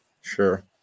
Sure